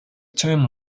term